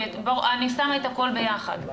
אני שמה את הכול ביחד.